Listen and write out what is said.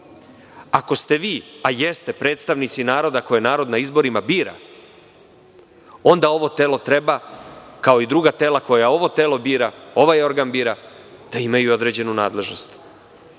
Ako ste vi, a jeste, predstavnici naroda koje narod na izborima bira, onda ovo telo treba, kao i druga tela koje ovo telo bira, ovaj organ bira, da imaju određenu nadležnost.